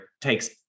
takes